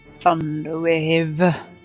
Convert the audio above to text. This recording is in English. Thunderwave